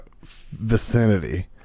vicinity